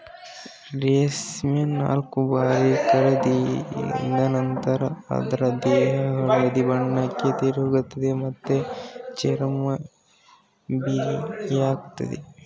ರೇಷ್ಮೆ ನಾಲ್ಕುಬಾರಿ ಕರಗಿದ ನಂತ್ರ ಅದ್ರ ದೇಹ ಹಳದಿ ಬಣ್ಣಕ್ಕೆ ತಿರುಗ್ತದೆ ಮತ್ತೆ ಚರ್ಮ ಬಿಗಿಯಾಗ್ತದೆ